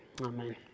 Amen